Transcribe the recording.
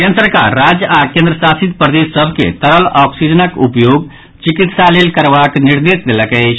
केन्द्र सरकार राज्य आओर केन्द्र शासित प्रदेश सभ के तरल ऑक्सीजनक उपयोग चिकित्सा लेल करबाक निर्देश देलक अछि